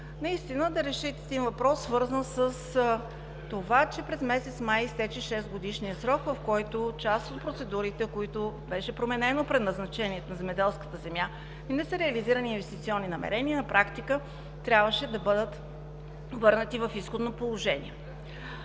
наистина да решат един въпрос, свързан с това, че през месец май изтече шестгодишния срок, в който част от процедурите, в които беше променено предназначението на земеделската земя и не са реализирани инвестиционни намерения, на практика трябваше да бъдат върнати в изходно положение.